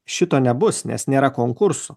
šito nebus nes nėra konkursų